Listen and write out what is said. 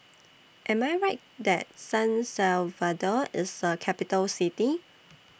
Am I Right that San Salvador IS A Capital City